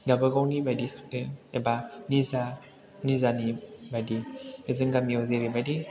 दाबो गावनि बायदिसो एबा निजा निजानि बायदि जोंनि गामिआव जेरैबादि